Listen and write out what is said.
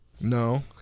No